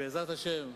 בעזרת השם,